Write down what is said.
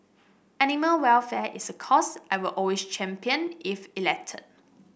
animal welfare is a cause I will always champion if elected